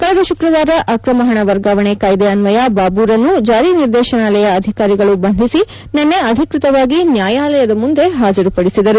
ಕಳೆದ ಶುಕ್ರವಾರ ಅಕ್ರಮ ಹಣ ವರ್ಗಾವಣೆ ಕಾಯ್ದೆ ಅನ್ವಯ ಬಾಬುರನ್ನು ಜಾರಿ ನಿರ್ದೇಶನಾಲಯ ಅಧಿಕಾರಿಗಳು ಬಂಧಿಸಿ ನಿನ್ನೆ ಅಧಿಕೃತವಾಗಿ ನ್ವಾಯಾಲಯದ ಮುಂದೆ ಹಾಜರುಪಡಿಸಿದರು